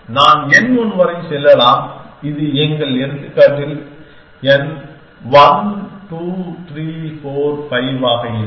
நான் n1 வரை செல்லலாம் இது எங்கள் எடுத்துக்காட்டில் n 1 2 3 4 5 ஆக இருக்கும்